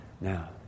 Now